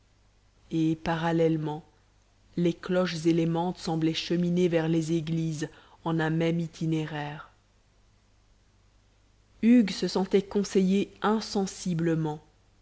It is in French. et parallèlement les cloches et les mantes semblaient cheminer vers les églises en un même itinéraire hugues se sentait conseillé